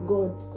God